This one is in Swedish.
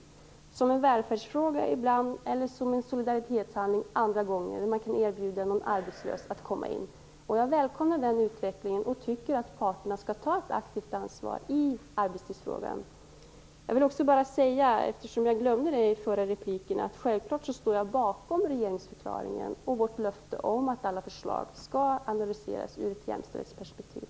Detta ses ibland som en välfärdsfråga och andra gånger som en solidaritetshandling genom att man kan erbjuda en arbetslös att komma in på arbetsmarknaden. Jag välkomnar denna utveckling och tycker att parterna skall ta ett aktivt ansvar i arbetstidsfrågan. Jag vill också säga - jag glömde det i förra repliken - att jag självklart står bakom regeringsförklaringen och vårt löfte om att alla förslag skall analyseras ur ett jämställdhetsperspektiv.